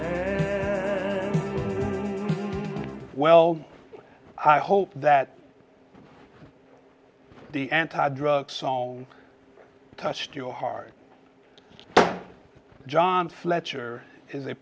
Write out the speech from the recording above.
her well i hope that the anti drug song touched your heart john fletcher is a